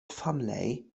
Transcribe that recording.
family